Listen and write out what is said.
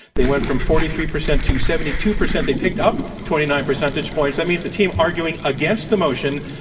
they went from forty three percent to seventy two percent, they picked up twenty nine percentage points. that means the team arguing against the motion,